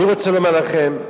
אני רוצה לומר לכם,